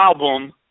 album